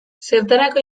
zertarako